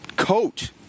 coach